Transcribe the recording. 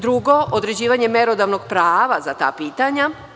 Drugo, određivanje merodavnog prava za ta pitanja.